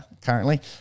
currently